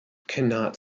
cannot